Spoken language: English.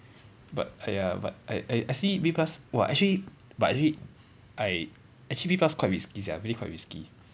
but !aiya! but I I I see B plus !wah! actually but actually I actually B plus quite risky sia really quite risky